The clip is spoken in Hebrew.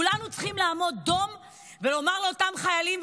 כולנו צריכים לעמוד דום ולומר לאותם חיילים,